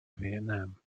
vietnam